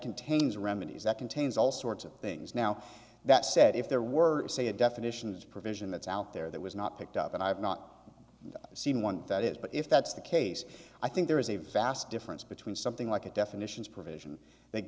contains remedies that contains all sorts of things now that said if there were say a definitions provision that's out there that was not picked up and i've not seen one that is but if that's the case i think there is a vast difference between something like a definitions provision that